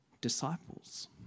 disciples